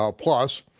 um plus.